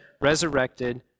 resurrected